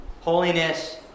holiness